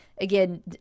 Again